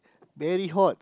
very hot